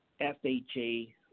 FHA